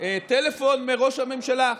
טלפון מראש הממשלה,